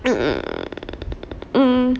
mm mm